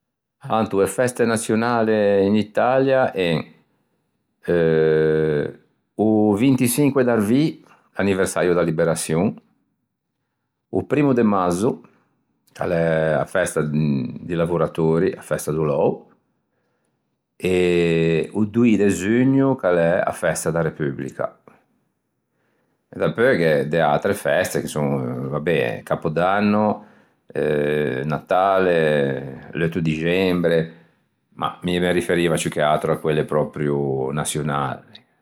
Alantô e feste naçionale in Italia en: eh o vintiçinque d'arvî, anniversäio da liberaçion, o primmo de mazzo ch'a l'é a festa di lavoratori, a festa do lou e o doî de zugno ch'a l'é a festa da Republica. Dapeu gh'é de atre feste che son vabè capodanno, Natale, l'eutto dixembre ma mi me riferiva a quelle proprio naçionali.